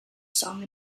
song